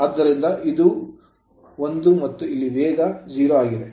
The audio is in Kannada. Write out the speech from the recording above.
ಆದ್ದರಿಂದ ಇದು ಒಂದು ಮತ್ತು ಇಲ್ಲಿ ವೇಗ 0 ಆಗಿದೆ